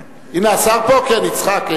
הנה, הנה, השר פה, יצחק.